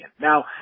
Now